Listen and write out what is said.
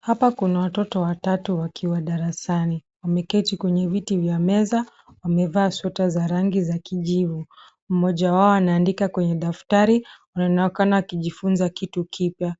Hapa kuna watoto watatu wakiwa darasani . Wameketi kwenye viti vya meza . Wamevaa sweta za rangi ya kijivu . Mmoja wao anaandika kwenye daftari na inaonekana akijifunza kitu kipya.